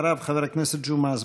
אחריו, חבר הכנסת ג'מעה אזברגה.